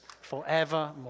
forevermore